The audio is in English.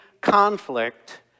conflict